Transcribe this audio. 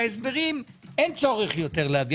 אין צורך יותר בהסברים.